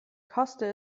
koste